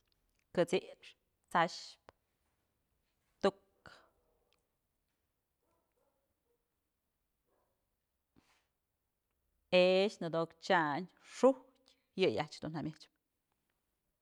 Kët'six, t'sayxpë, tuk, ëx, nëdok chyandyë. xu'ujtë, yëyë ajtyëch dun jamyëchpë.